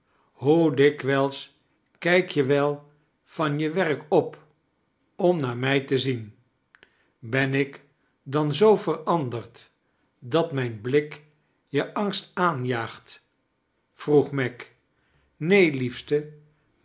hoe dikwijls kijk je wel van je werk op om naar mij te zien ben ik dan zoo veranderd dat mijn blik je angst aanjaagt vroeg meg neen liefste